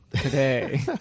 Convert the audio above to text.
today